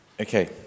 Okay